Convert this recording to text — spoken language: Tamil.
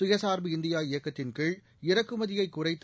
சுயசா்பு இந்தியா இயக்கத்தின் கீழ் இறக்குமதியை குறைத்து